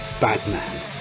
Batman